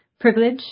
privilege